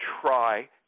try